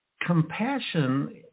compassion